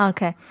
Okay